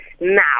now